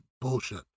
bullshit